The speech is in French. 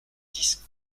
dix